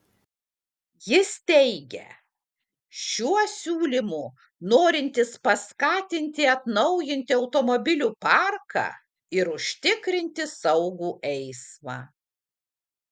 jis teigia šiuo siūlymu norintis paskatinti atnaujinti automobilių parką ir užtikrinti saugų eismą